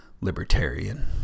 libertarian